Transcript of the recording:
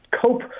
cope